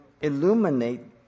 illuminate